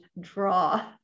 draw